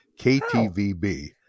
KTVB